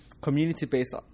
community-based